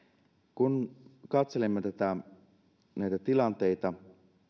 kun katselemme näitä tilanteita